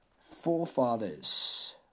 forefathers